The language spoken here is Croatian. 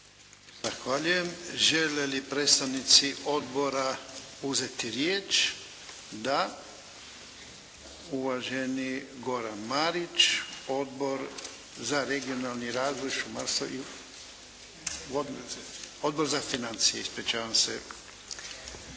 Zahvaljujem. Žele li predstavnici Odbora uzeti riječ? Da. Uvaženi Goran Marić, Odbor za regionalni razvoj, šumarstvo i …… /Upadica se ne